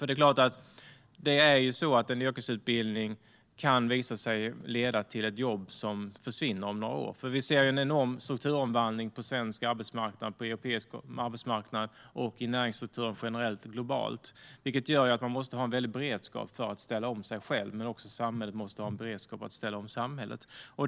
Det är klart att en yrkesutbildning kan visa sig leda till ett jobb som försvinner om några år. Det beror på att vi ser en enorm strukturomvandling på svensk och europeisk arbetsmarknad liksom i näringsstrukturen generellt och globalt, vilket gör att man måste ha en väldig beredskap att själv ställa om, precis som samhället måste ha en beredskap att ställa om samhället.